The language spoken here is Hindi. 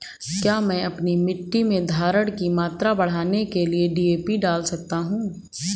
क्या मैं अपनी मिट्टी में धारण की मात्रा बढ़ाने के लिए डी.ए.पी डाल सकता हूँ?